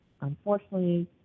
Unfortunately